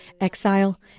exile